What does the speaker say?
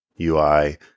UI